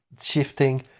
shifting